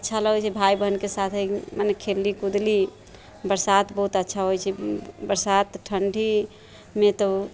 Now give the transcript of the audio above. अच्छा लगै छै भाय बहन के साथे मने खेलली कूदली बरसात बहुत अच्छा होइ छै बरसात ठंडी मे तऽ